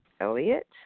Elliot